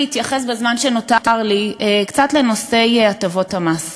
בזמן שנותר לי להתייחס קצת לנושא הטבות המס.